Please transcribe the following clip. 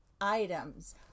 items